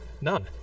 None